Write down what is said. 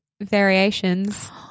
variations